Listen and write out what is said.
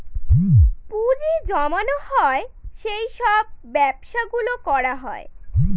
পুঁজি জমানো হয় সেই সব ব্যবসা গুলো করা হয়